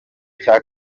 cya